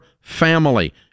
family